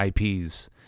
IPs